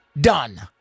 done